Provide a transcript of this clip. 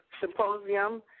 symposium